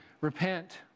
repent